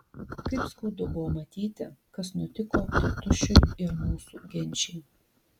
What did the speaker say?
kaip skaudu buvo matyti kas nutiko tėtušiui ir mūsų genčiai